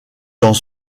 dans